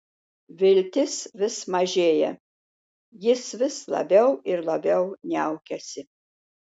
viltis vis mažėja jis vis labiau ir labiau niaukiasi